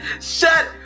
Shut